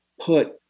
put